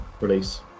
release